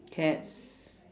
cats